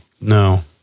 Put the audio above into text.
No